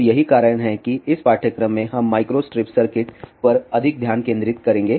तो यही कारण है कि इस पाठ्यक्रम में हम माइक्रोस्ट्रिप सर्किट पर अधिक ध्यान केंद्रित करेंगे